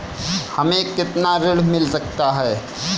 हमें कितना ऋण मिल सकता है?